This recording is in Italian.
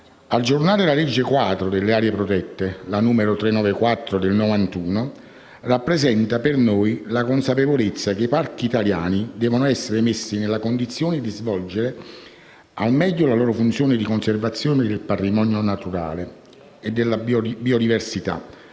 Aggiornare la legge quadro delle aree protette, la n. 394 del 1991, rappresenta per noi la consapevolezza che i parchi italiani devono essere messi nella condizione di svolgere al meglio la loro funzione di conservazione del patrimonio naturale e della biodiversità,